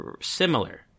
similar